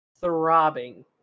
throbbing